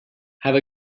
have